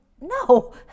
No